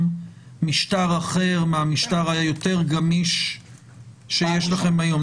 משטר אחר מהמשטר היותר גמיש שיש לכם היום?